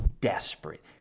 desperate